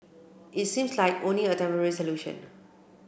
it seems like only a temporary solution